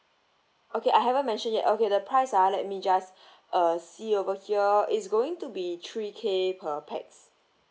okay I haven't mentioned yet okay the price ah let me just uh see over here it's going to be three K per pax